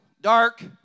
dark